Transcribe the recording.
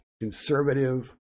conservative